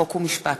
חוק ומשפט.